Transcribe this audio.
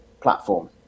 platform